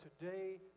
today